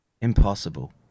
impossible